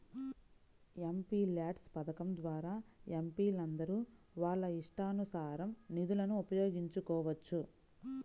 MPLADS పథకం ద్వారా ఎంపీలందరూ వాళ్ళ ఇష్టానుసారం నిధులను ఉపయోగించుకోవచ్చు